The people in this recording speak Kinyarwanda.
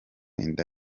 inda